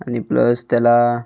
आणि प्लस त्याला